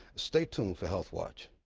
stay tuned for healthwatch.